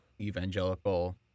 evangelical